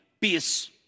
peace